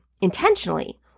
intentionally